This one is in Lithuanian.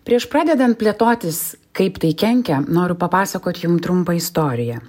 prieš pradedant plėtotis kaip tai kenkia noriu papasakoti jum trumpą istoriją